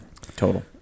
total